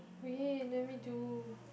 wait let me do